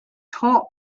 top